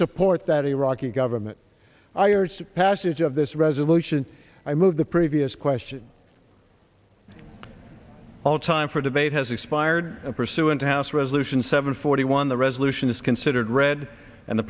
support that iraqi government i urge the passage of this resolution i move the previous question all time for debate has expired and pursuant to house resolution seven forty one the resolution is considered read and the